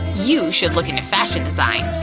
you should look into fashion design!